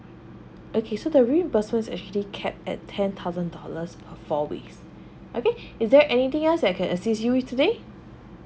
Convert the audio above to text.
okay so the reimbursement is actually capped at ten thousand dollars per four weeks okay is there anything else that I can assist you with today